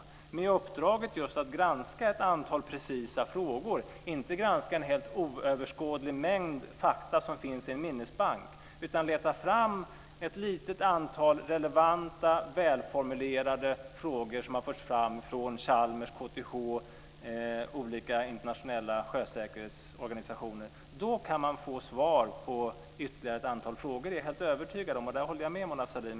Uppdraget ska vara just att granska ett antal precisa frågor, inte att granska en helt oöverskådlig mängd fakta som finns i en minnesbank utan att leta fram ett litet antal relevanta, välformulerade frågor som har förts fram från Chalmers, KTH och olika internationella sjösäkerhetsorganisationer. Då kan man få svar på ytterligare ett antal frågor, det är jag helt övertygad om. Där håller jag med Mona Sahlin.